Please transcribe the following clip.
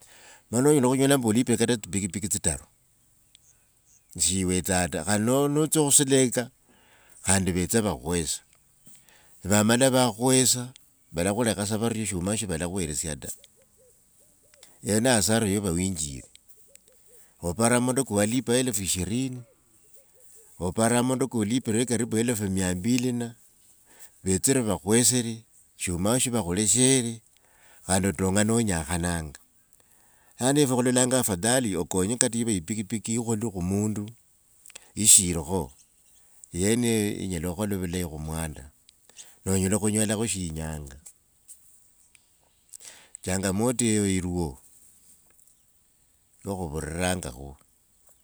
Mani nknyola khunyola mbu olipkilr kata tsibikibiki tditaru na siiwetsata khandi notsya khusileka khandi vetse vakhukhwese. Vamala vakhwesa valakhulakha tsa vario shiumakho shivalakhuelesia ta, eyo ne asara yova winjile. opara amang’ondo kowalipa elufu shirini, olapara mang’ondo kolopile karibu, elfu miambili na, vetsire vakhwesele, shiumao shivakhuleshele khandi otonga nonyakhananga. yani efwe khulolanga afadhali okonye kate niiva epikipiki ikhale khumundu, ishilikho, eyeneyo yimyela khukhola vulayi khumwanda. Nonyela khunyolakho shi inyanga changamoto yeyo iliwo yokhuvurangakho.